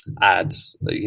ads